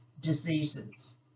diseases